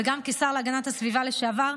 וגם כשר להגנת הסביבה לשעבר,